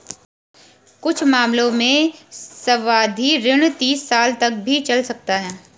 कुछ मामलों में सावधि ऋण तीस साल तक भी चल सकता है